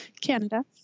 Canada